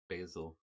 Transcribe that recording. basil